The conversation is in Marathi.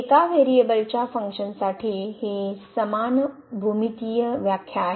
एका व्हेरिएबलच्या फंक्शन साठी ही समान भूमितीय व्याख्या आहे